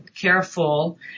careful